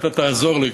אולי אתה תעזור לי,